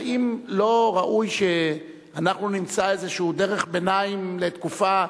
האם לא ראוי שאנחנו נמצא איזו דרך ביניים לתקופה?